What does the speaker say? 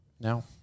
Now